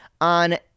On